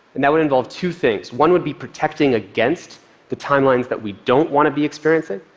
and that would involve two things one would be protecting against the timelines that we don't want to be experiencing,